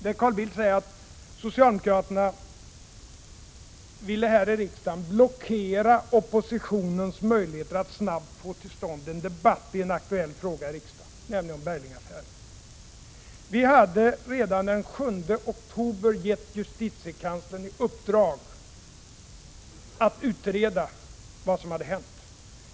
Där sade han att socialdemokraterna här i riksdagen ville blockera oppositionens möjligheter att snabbt få till stånd en debatt i en aktuell fråga, nämligen Berglingaffären. Redan den 7 oktober hade vi gett justitiekanslern i uppdrag att utreda vad som hade hänt.